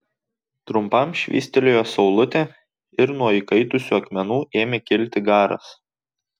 trumpam švystelėjo saulutė ir nuo įkaitusių akmenų ėmė kilti garas